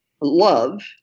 love